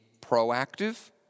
proactive